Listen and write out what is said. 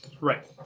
Right